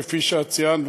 כפי שציינת,